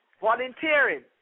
volunteering